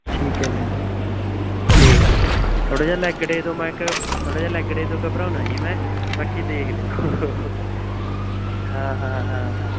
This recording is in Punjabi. ਠੀਕ ਹੈ ਜੀ ਠੀਕ ਹੈ ਜੀ ਥੋੜ੍ਹਾ ਜਿਹਾ ਲੈਗ ਡੇ ਤੋਂ ਮੈਂ ਇੱਕ ਥੋੜ੍ਹਾ ਜਿਹਾ ਲੈਗ ਡੇ ਤੋਂ ਘਬਰਾਉਂਦਾ ਜੀ ਮੈਂ ਬਾਕੀ ਦੇਖ ਲਿਓ ਹਾਂ ਹਾਂ ਹਾਂ ਹਾਂ